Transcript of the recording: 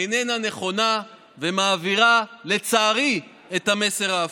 איננה נכונה ומעבירה, לצערי, את המסר ההפוך.